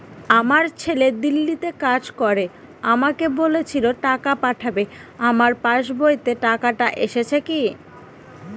আমার ছেলে দিল্লীতে কাজ করে আমাকে বলেছিল টাকা পাঠাবে আমার পাসবইতে টাকাটা এসেছে কি?